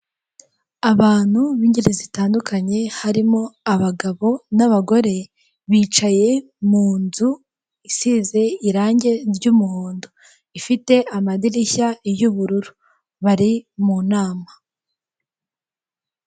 Abantu b'ingeri zitandukanye harimo abagabo n'abagore, bicaye mu nzu isize irange ry'umuhondo ifite amadirishya y'ubururu, bari mu nama.